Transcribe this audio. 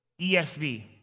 ESV